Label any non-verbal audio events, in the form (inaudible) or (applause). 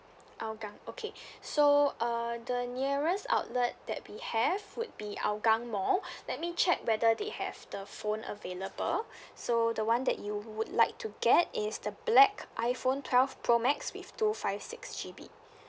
hougang okay so uh the nearest outlet that we have would be hougang mall (breath) let me check whether they have the phone available so the [one] that you would like to get is the black iphone twelve pro max with two five six G_B